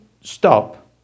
stop